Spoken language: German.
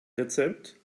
rezept